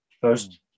first